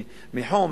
מחום,